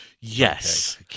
Yes